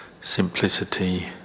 simplicity